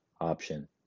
option